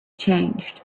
changed